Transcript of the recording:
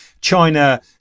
china